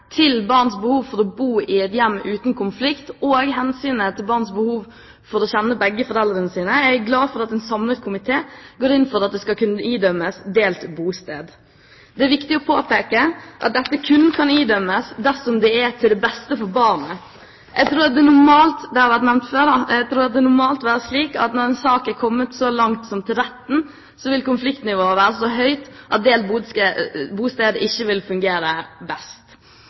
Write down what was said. til barns behov for å bo i et hjem uten konflikt og hensynet til barns behov for å kjenne begge foreldrene sine er jeg glad for at en samlet komité går inn for at det skal kunne idømmes delt bosted. Det er viktig å påpeke at dette kun kan idømmes dersom det er til det beste for barnet. Jeg tror at det er normalt vil være slik – det har vært nevnt før – at når en sak er kommet så langt som til retten, vil konfliktnivået være så høyt at delt bosted ikke vil fungere best.